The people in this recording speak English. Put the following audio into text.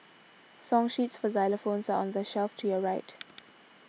song sheets for xylophones are on the shelf to your right